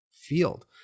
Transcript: field